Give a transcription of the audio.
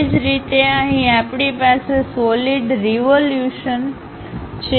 એ જ રીતે અહીં આપણી પાસે સોલિડ રિવોલ્યુશન છે